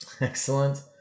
Excellent